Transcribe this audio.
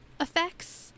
effects